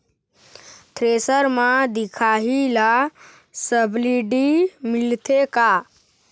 Thresher म दिखाही ला सब्सिडी मिलथे का?